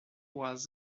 was